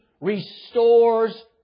restores